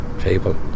people